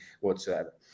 whatsoever